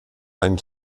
einen